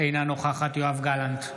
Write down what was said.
אינה נוכחת יואב גלנט,